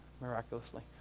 miraculously